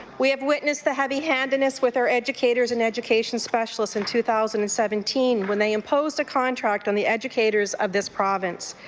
we have witnessed the heavyhandedness with our educators and indication specialists in two thousand and seventeen when they imposed a contract on the educators of this province.